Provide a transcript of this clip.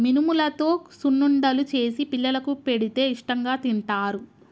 మినుములతో సున్నుండలు చేసి పిల్లలకు పెడితే ఇష్టాంగా తింటారు